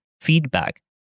feedback